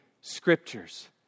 Scriptures